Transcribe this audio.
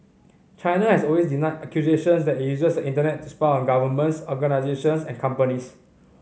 China has always denied accusations that it uses the Internet to spy on governments organisations and companies